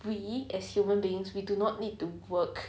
we as human beings we do not need to work